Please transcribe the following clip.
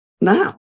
now